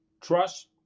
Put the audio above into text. trust